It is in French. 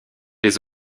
des